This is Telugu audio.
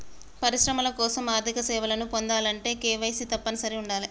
పరిశ్రమల కోసం ఆర్థిక సేవలను పొందాలంటే కేవైసీ తప్పనిసరిగా ఉండాలే